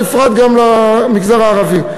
בפרט למגזר הערבי.